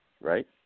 Right